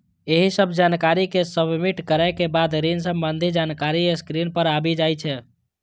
एहि सब जानकारी कें सबमिट करै के बाद ऋण संबंधी जानकारी स्क्रीन पर आबि जाइ छै